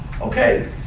Okay